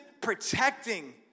protecting